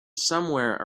somewhere